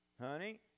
Honey